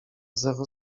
zero